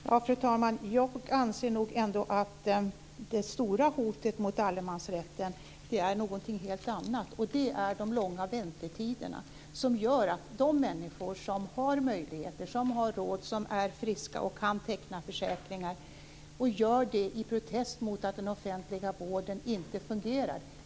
Fru talman! Jag anser ändå att det stora hotet mot allemansrätten är någonting helt annat, nämligen de långa väntetiderna. De gör ju att de människor som har möjligheter, som har råd, som är friska och som kan teckna försäkringar också gör det i protest mot att den offentliga vården inte fungerar.